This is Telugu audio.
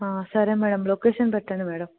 సరే మ్యాడమ్ లొకేషన్ పెట్టండి మ్యాడమ్